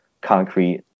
concrete